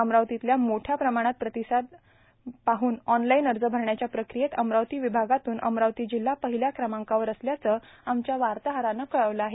अमरावतीला मोठ्या प्रमाणात प्र्रातसाद लाभत असल्यानं ऑनलाईन अज भरण्याच्या प्र्राकयात अमरावती र्वभागातून अमरावती जिल्हा पर्माहल्या क्रमांकावर असल्याचं आमच्या वाताहरानं कळवलं आहे